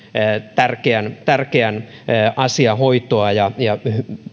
tärkeän tärkeän asian hoitoa ja ja